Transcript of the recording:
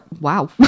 wow